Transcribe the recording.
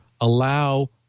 allow